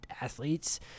athletes